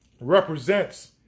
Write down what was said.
represents